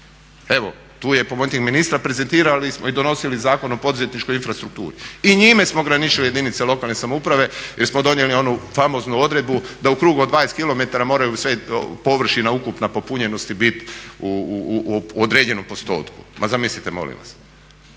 Evo, tu je pomoćnik ministra, prezentirali smo i donosili Zakon o poduzetničkoj infrastrukturi i njime smo ograničili jedinice lokalne samouprave jer smo donijeli onu famoznu odredbu da u krugu od 20 km mora površina ukupna popunjenosti biti u određenom postotku. Ma zamislite molim vas!